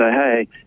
hey